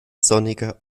sonniger